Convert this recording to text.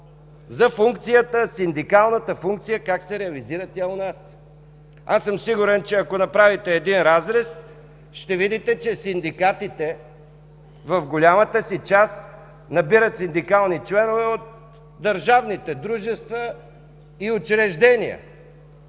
сигнал за синдикалната функция – как се реализира тя у нас. Сигурен съм, че ако направите един разрез, ще видите, че синдикатите в голямата си част набират синдикални членове от държавните дружества и учреждения